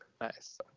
Nice